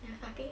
they're fucking